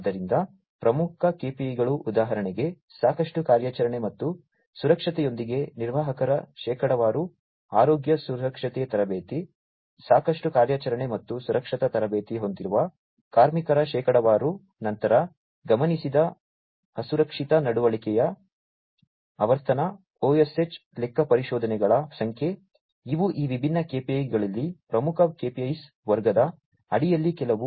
ಆದ್ದರಿಂದ ಪ್ರಮುಖ KPIಗಳು ಉದಾಹರಣೆಗೆ ಸಾಕಷ್ಟು ಕಾರ್ಯಾಚರಣೆ ಮತ್ತು ಸುರಕ್ಷತೆಯೊಂದಿಗೆ ನಿರ್ವಾಹಕರ ಶೇಕಡಾವಾರು ಆರೋಗ್ಯ ಸುರಕ್ಷತೆ ತರಬೇತಿ ಸಾಕಷ್ಟು ಕಾರ್ಯಾಚರಣೆ ಮತ್ತು ಸುರಕ್ಷತಾ ತರಬೇತಿ ಹೊಂದಿರುವ ಕಾರ್ಮಿಕರ ಶೇಕಡಾವಾರು ನಂತರ ಗಮನಿಸಿದ ಅಸುರಕ್ಷಿತ ನಡವಳಿಕೆಯ ಆವರ್ತನ OSH ಲೆಕ್ಕಪರಿಶೋಧನೆಗಳ ಸಂಖ್ಯೆ ಇವು ಈ ವಿಭಿನ್ನ KPI ಗಳಲ್ಲಿ ಪ್ರಮುಖ KPIs ವರ್ಗದ ಅಡಿಯಲ್ಲಿ ಕೆಲವು